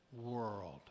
world